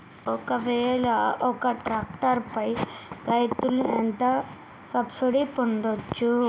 ఒక్కవేల ఒక్క ట్రాక్టర్ పై రైతులు ఎంత శాతం సబ్సిడీ పొందచ్చు?